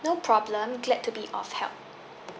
no problem glad to be of help